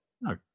No